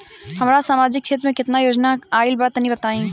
हमरा समाजिक क्षेत्र में केतना योजना आइल बा तनि बताईं?